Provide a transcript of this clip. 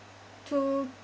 two